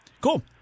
Cool